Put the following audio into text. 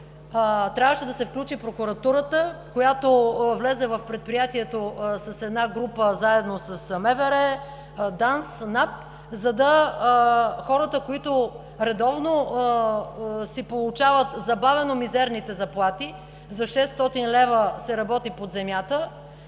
трябваше да се включи Прокуратурата, която влезе в предприятието с една група заедно с МВР, ДАНС, НАП, за да може хората, които редовно си получават забавено мизерните заплати, за 600 лв. се работи под земята,